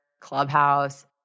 Clubhouse